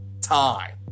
time